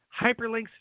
hyperlinks